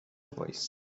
voice